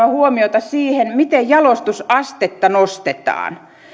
huomiota siihen miten jalostusastetta nostetaan